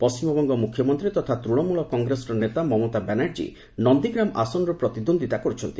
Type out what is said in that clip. ପଶ୍ଚିମବଙ୍ଗ ମୁଖ୍ୟମନ୍ତ୍ରୀ ତଥା ତୃଣମୂଳ କଂଗ୍ରେସର ନେତା ମମତା ବାନାର୍ଜୀ ନନ୍ଦୀଗ୍ରାମ୍ ଆସନରୁ ପ୍ରତିଦ୍ୱନ୍ଦ୍ୱିତା କରୁଛନ୍ତି